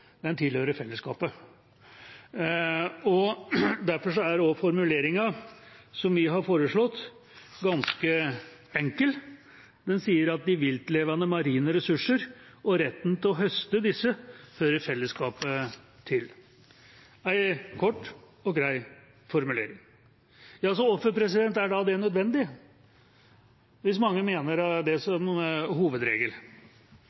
tilhører fellesskapet. Derfor er også formuleringen som vi har foreslått, ganske enkel. Den sier: «De viltlevende marine ressurser, og retten til å høste disse, hører fellesskapet til.» Det er en kort og grei formulering. Hvorfor er da det nødvendig, hvis mange mener det